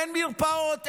אין מרפאות,